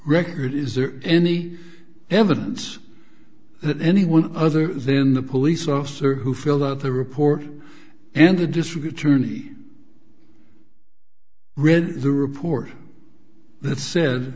record is there any evidence that anyone other than the police officer who filled out the report and the district attorney read the report that sa